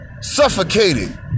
suffocated